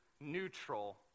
neutral